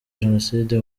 genocide